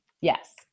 Yes